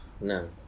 No